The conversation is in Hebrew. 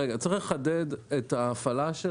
צריך לחדד, שאת ההפעלה של